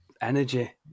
energy